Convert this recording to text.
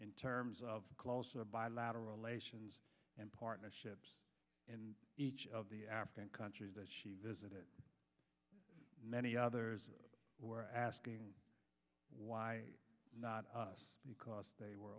in terms of bilateral relations and partnership in each of the african countries that she visited many others were asking why not us because they were